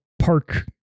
park